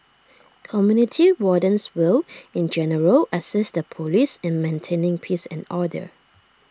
community wardens will in general assist the Police in maintaining peace and order